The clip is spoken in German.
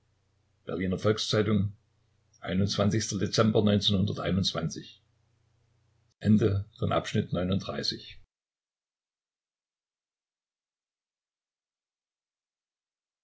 berliner volks-zeitung dezember